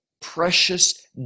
precious